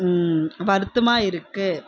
வருத்தமாக இருக்குது